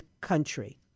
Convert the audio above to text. country